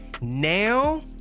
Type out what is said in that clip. now